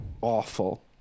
awful